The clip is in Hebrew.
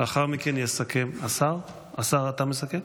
לאחר מכן השר יסכם.